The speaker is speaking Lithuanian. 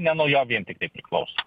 ne nuo jo vien tiktai priklauso